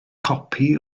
copi